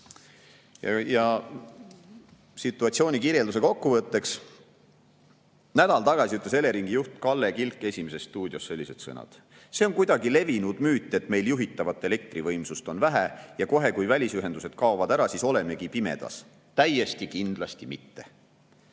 Situatsiooni kirjelduse kokkuvõtteks toon ära nädal tagasi Eleringi juhi Kalle Kilgi "Esimeses stuudios" öeldud sõnad: "See on kuidagi levinud müüt, et meil juhitavat elektrivõimsust on vähe ja kohe, kui välisühendused kaovad ära, siis olemegi pimedas. Täiesti kindlasti mitte."